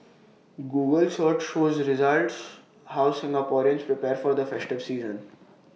Google search with results how Singaporeans prepare for the festive season